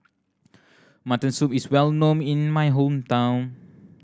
mutton soup is well known in my hometown